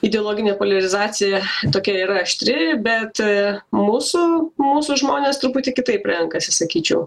ideologinė poliarizacija tokia yra aštri bet mūsų mūsų žmonės truputį kitaip renkasi sakyčiau